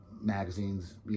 magazines